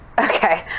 Okay